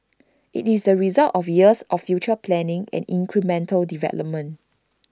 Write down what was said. IT is the result of years of future planning and incremental development